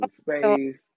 space